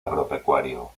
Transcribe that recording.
agropecuario